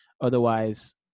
Otherwise